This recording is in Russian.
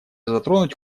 затронуть